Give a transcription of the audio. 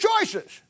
choices